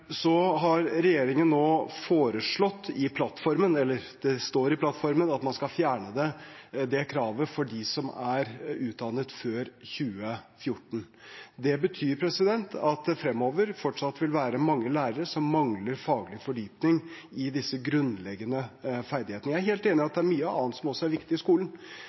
Det står i plattformen at regjeringen skal fjerne det kravet for dem som er utdannet før 2014. Det betyr at det fremover fortsatt vil være mange lærere som mangler faglig fordypning i disse grunnleggende ferdighetene. Jeg er helt enig i at det er mye annet som også er viktig i skolen,